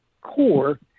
core